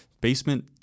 Basement